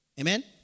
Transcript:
Amen